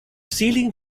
ceiling